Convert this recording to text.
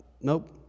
nope